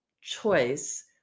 choice